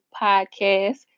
podcast